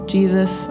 Jesus